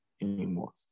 anymore